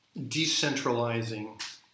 decentralizing